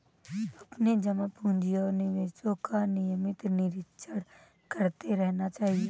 अपने जमा पूँजी और निवेशों का नियमित निरीक्षण करते रहना चाहिए